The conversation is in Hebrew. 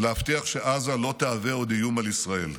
ולהבטיח שעזה לא תהווה עוד איום על ישראל.